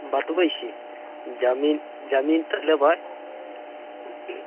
बतबै छी जमीन जमीन तऽ लेबै